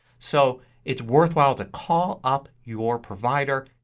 so it's worthwhile to call up your provider,